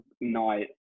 night